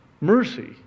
Mercy